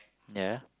ya